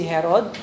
Herod